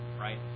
right